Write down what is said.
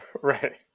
Right